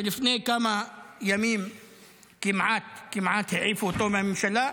שלפני כמה ימים כמעט, כמעט העיפו אותו מהממשלה,